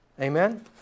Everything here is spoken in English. Amen